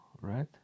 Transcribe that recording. right